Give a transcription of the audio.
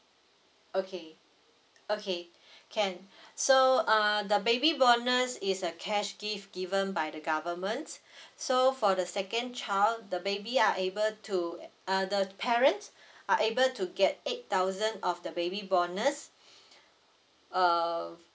okay okay can so uh the baby bonus is a cash gift given by the government so for the second child the baby are able to uh the parents are able to get eight thousand of the baby bonus uh